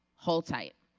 hold tight.